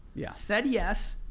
yeah said yes,